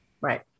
Right